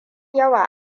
yawa